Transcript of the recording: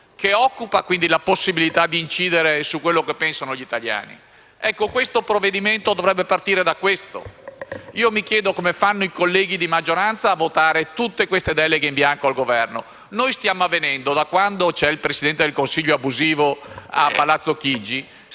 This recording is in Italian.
ed occupa quindi la possibilità di incidere su quello che pensano gli italiani. Ecco, questo provvedimento dovrebbe partire da qui. Io mi chiedo come fanno i colleghi di maggioranza a votare tutte queste deleghe in bianco al Governo. Da quando c'è il Presidente del Consiglio abusivo a Palazzo Chigi,